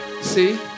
See